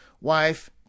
Wife